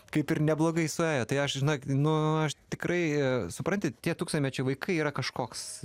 kaip ir neblogai suėjo tai aš žinok nu aš tikrai supranti tie tūkstantmečio vaikai yra kažkoks